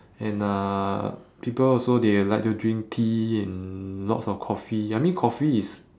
and uh people also they like to drink tea and lots of coffee I mean coffee is